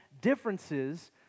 differences